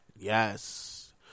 yes